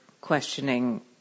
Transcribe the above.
questioning